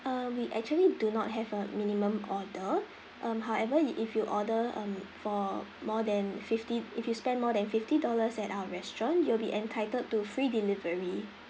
uh we actually do not have a minimum order um however you if you order um for more than fifty if you spend more than fifty dollars at our restaurant you'll be entitled to free delivery